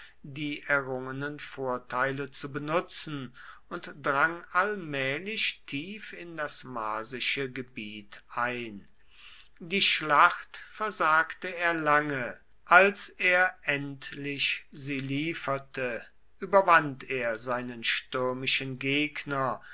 die errungenen vorteile zu benutzen und drang allmählich tief in das marsische gebiet ein die schlacht versagte er lange als er endlich sie lieferte überwand er seinen stürmischen gegner